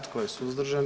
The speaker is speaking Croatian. Tko je suzdržan?